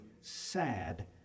sad